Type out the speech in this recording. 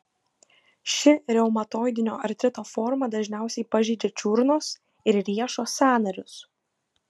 ši reumatoidinio artrito forma dažniausiai pažeidžia čiurnos ir riešo sąnarius